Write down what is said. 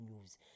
news